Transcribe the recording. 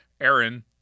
Aaron